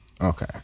Okay